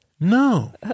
No